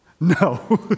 No